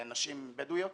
נשים בדואיות.